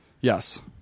yes